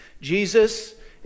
Jesus